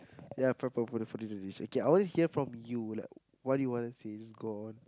ya prepare for the dinner dish okay I want to hear it from you like what do you want to say just go on